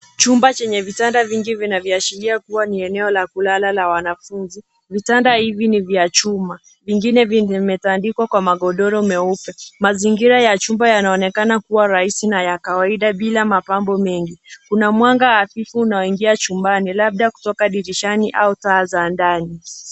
Chumba chenye vitanda vingi vinavyoashiria kuwa ni eneo la kulala la wanafunzi. Vitanda hivi ni vya chuma, vingine vimetandikwa kwa magodoro meupe. Mazingira ya chumba yanaonekana kuwa raisi na ya kawaida bila mapambo mengi. Kuna mwanga hafifu unaoingia chumbani labda kutoka dirishani au taa za ndani.